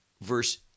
Verse